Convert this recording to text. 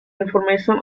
information